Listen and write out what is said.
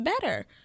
better